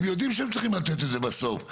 הם יודעים שהם צריכים לתת את זה בסוף.